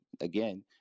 again